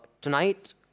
tonight